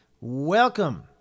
welcome